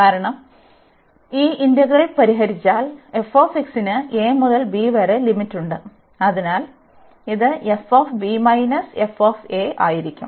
കാരണം ഈ ഇന്റഗ്രൽ പരിഹരിച്ചാൽ f ന് a മുതൽ b വരെ ലിമിറ്റുണ്ട് അതിനാൽ ഇത് ആയിരിക്കും